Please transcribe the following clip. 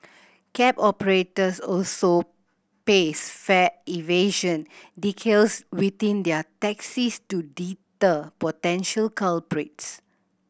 cab operators also paste fare evasion within their taxis to deter potential culprits